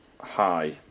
Hi